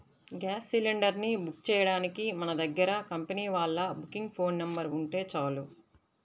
gas cylinder ని book చెయ్యడానికి మన దగ్గర కంపెనీ వాళ్ళ బుకింగ్ ఫోన్ నెంబర్ ఉంటే చాలు